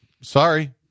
Sorry